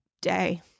day